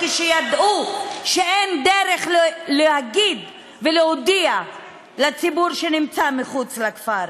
כשידעו שאין דרך להגיד ולהודיע לציבור שנמצא מחוץ לכפר.